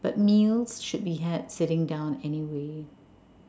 but meals should be had sitting down anyway